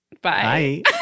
Bye